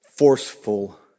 forceful